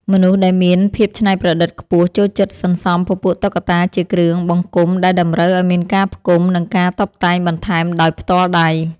មនុស្សដែលមាន ភាពច្នៃប្រឌិតខ្ពស់ចូលចិត្តសន្សំពពួកតុក្កតាជាគ្រឿងបង្គុំដែលតម្រូវឱ្យមានការផ្គុំ និងការតុបតែងបន្ថែមដោយផ្ទាល់ដៃ។